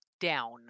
down